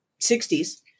60s